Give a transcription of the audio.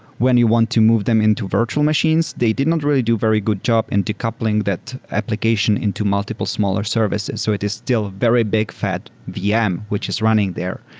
when you want to move them into virtual machines, they did not really do very good job in decoupling that application into multiple smaller services. so it is still very big fat vm which is running there.